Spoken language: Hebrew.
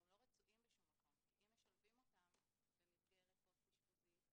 הם גם לא רצויים בשום מקום כי אם משלבים אותם במסגרת פוסט אשפוזית,